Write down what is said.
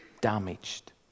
damaged